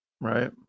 Right